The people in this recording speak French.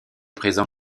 présent